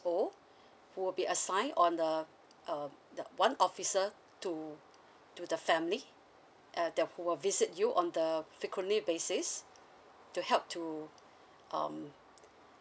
who will be assign on the um one officer to to the family uh they who will visit you on the frequently basis to help to um